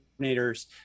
coordinators